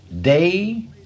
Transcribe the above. day